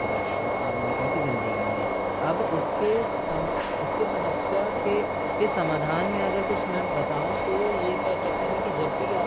है अब आममर्रा की ज़िन्दगी में अब इसके समस इसके समस्या के के समाधान में अगर कुछ मैं बताऊँ तो ये कह सकते हैं कि जब भी आ